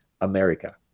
america